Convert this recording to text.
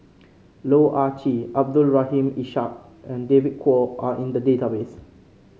Loh Ah Chee Abdul Rahim Ishak and David Kwo are in the database